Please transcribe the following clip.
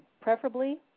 Preferably